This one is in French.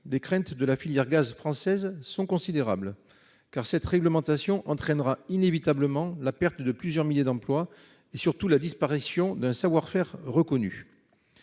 des craintes de la filière gaz françaises sont considérables. Car cette réglementation entraînera inévitablement la perte de plusieurs milliers d'emplois et surtout la disparition d'un savoir-faire reconnu.